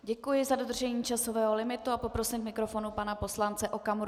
Děkuji za dodržení časového limitu a poprosím k mikrofonu pana poslance Okamuru.